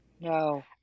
No